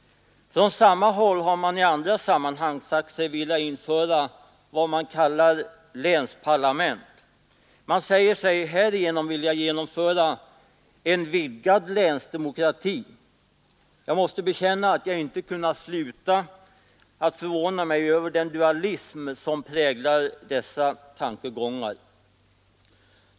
Från samma håll har man i andra sammanhang sagt sig vilja införa vad man kallar ”länsparlament”. Man säger sig härigenom vilja genomföra ”en vidgad länsdemokrati”. Jag måste bekänna att jag inte kunnat sluta förvåna mig över den dualism som präglar dessa tankegångar.